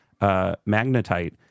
magnetite